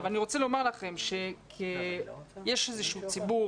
אני רוצה לומר לכם שיש איזשהו ציבור,